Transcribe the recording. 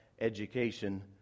education